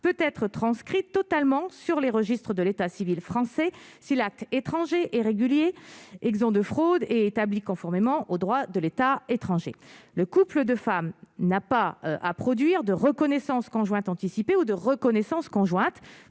peut-être transcrit totalement sur les registres de l'état civil français si la étrangers et régulier exempt de fraudes et établi conformément au droit de l'État étranger le couple de femmes n'a pas à produire de reconnaissance conjointe anticiper ou de reconnaissance conjointe